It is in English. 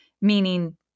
meaning